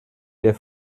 der